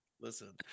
listen